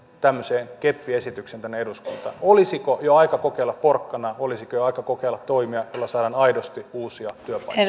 tämmöisen keppiesityksen tänne eduskuntaan olisiko jo aika kokeilla porkkanaa olisiko jo aika kokeilla toimia joilla saadaan aidosti uusia työpaikkoja